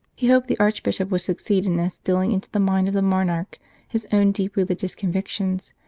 he hoped the archbishop would succeed in instilling into the mind of the monarch his own deep religious convictions,